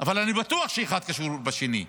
אבל אני בטוח שאחד קשור בשני,